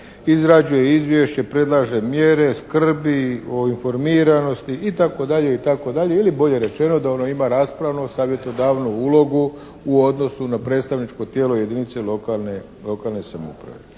izrađuje izvješće, predlaže mjere, skrbi o informiranosti i tako dalje i tako dalje ili bolje rečeno da ono ima raspravno savjetodavnu ulogu u odnosu na predstavničko tijelo jedinice lokalne samouprave.